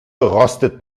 rostet